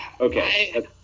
Okay